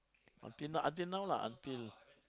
until now until now lah until